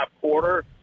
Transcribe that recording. quarter